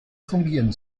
fungieren